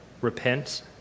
Repent